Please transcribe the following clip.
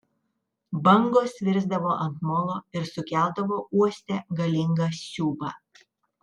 bangos virsdavo ant molo ir sukeldavo uoste galingą siūbą